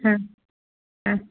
हा हा